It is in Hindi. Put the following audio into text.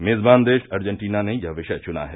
मेजबान देश अर्जेन्टीना ने यह विषय चुना है